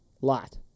lot